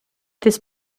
this